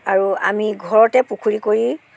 আৰু আমি ঘৰতে পুখুৰী কৰি